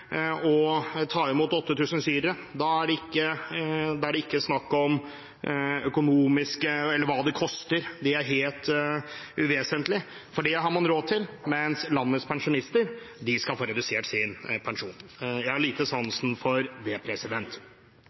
å ta imot 8 000 syrere. Da er det ikke snakk om hva det koster – det er helt uvesentlig, for det har man råd til – mens landets pensjonister skal få redusert sin pensjon. Jeg har lite sans for det.